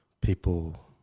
people